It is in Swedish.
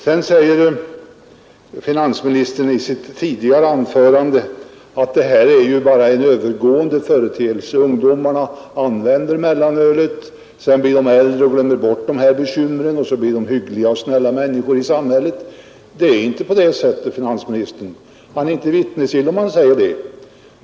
Finansministern sade också i sitt tidigare anförande att mellanölsdrickandet bara är en övergående företeelse. Ungdomarna dricker mellanöl en tid, sedan blir de äldre och slutar med det och blir hyggliga och snälla människor i samhället. Så är det inte. Finansministern är inte vittnesgill, om han påstår det.